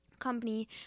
company